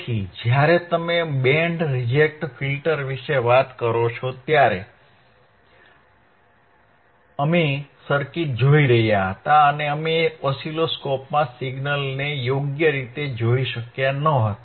તેથી જ્યારે તમે બેન્ડ રિજેક્ટ ફિલ્ટર વિશે વાત કરો છો ત્યારે અમે સર્કિટ જોઈ રહ્યા હતા અને અમે ઓસિલોસ્કોપમાં સિગ્નલને યોગ્ય રીતે જોઈ શક્યા ન હતા